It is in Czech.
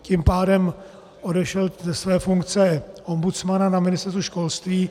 Tím pádem odešel ze své funkce ombudsmana na Ministerstvu školství.